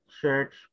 church